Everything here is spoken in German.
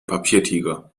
papiertiger